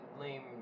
Lame